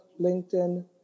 LinkedIn